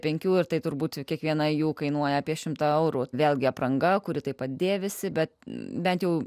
penkių ir tai turbūt kiekviena jų kainuoja apie šimtą eurų vėlgi apranga kuri taip pat dėvisi bet bent jau